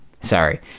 sorry